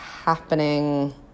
happening